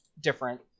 different